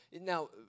now